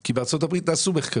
כי בארצות הברית נעשו על זה מחקרים,